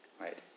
right